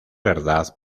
verdad